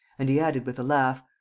and he added, with a laugh,